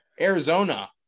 Arizona